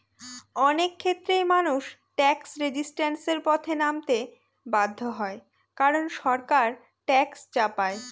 অনেক ক্ষেত্রেই মানুষ ট্যাক্স রেজিস্ট্যান্সের পথে নামতে বাধ্য হয় কারন সরকার ট্যাক্স চাপায়